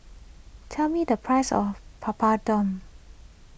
tell me the price of Papadum